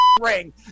ring